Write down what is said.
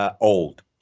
Old